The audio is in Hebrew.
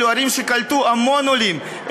אלה ערים שקלטו המון עולים,